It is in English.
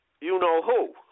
you-know-who